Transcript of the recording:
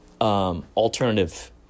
Alternative